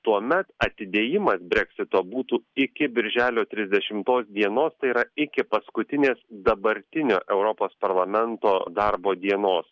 tuomet atidėjimas breksito būtų iki birželio trisdešimos dienos tai yra iki paskutinės dabartinio europos parlamento darbo dienos